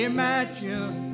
Imagine